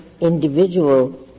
individual